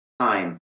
time